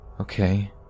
Okay